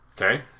Okay